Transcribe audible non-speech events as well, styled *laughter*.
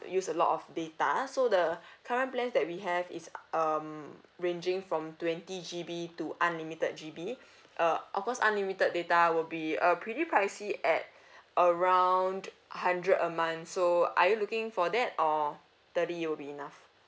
use a lot of data so the *breath* current plans that we have is um ranging from twenty G_B to unlimited G_B *breath* uh of course unlimited data will be uh pretty pricey at *breath* around hundred a month so are you looking for that or thirty it will be enough